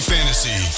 Fantasy